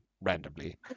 randomly